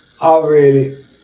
already